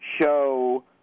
show